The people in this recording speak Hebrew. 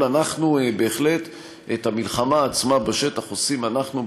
אבל את המלחמה עצמה בשטח עושים אנחנו,